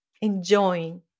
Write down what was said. enjoying